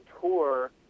tour